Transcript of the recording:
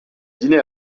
dîner